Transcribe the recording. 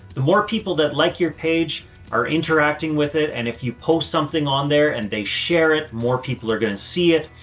the more people that like your page are interacting with it and if you post something on there and they share it, more people are going to see it.